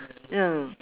ya